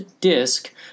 disk